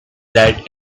that